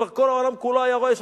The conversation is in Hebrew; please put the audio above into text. כבר כל העולם כולו היה רועש.